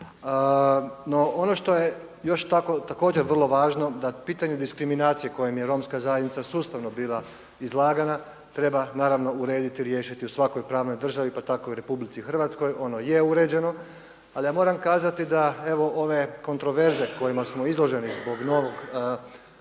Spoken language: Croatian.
No, ono što je također vrlo važno da pitanje diskriminacije kojem je romska zajednica sustavno bila izlagana treba naravno urediti, riješiti u svakoj pravnoj državi pa tako i u Republici Hrvatskoj. Ono je uređeno, ali ja moram kazati da evo ove kontraverze kojima smo izloženi zbog novog